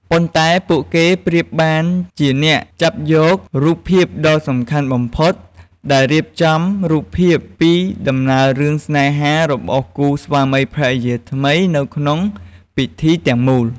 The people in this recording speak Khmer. ប៉ុន្តែពួកគេប្រៀបបានជាអ្នកចាប់យករូបភាពដ៏សំខាន់បំផុត ដែលរៀបចំរូបភាពពីដំណើររឿងស្នេហារបស់គូស្វាមីភរិយាថ្មីនៅក្នុងពិធីទាំងមូល។